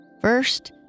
First